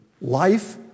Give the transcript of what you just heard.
life